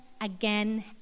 again